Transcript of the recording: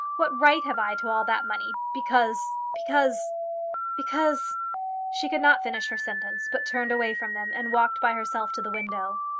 what right have i to all that money, because because because she could not finish her sentence, but turned away from them, and walked by herself to the window.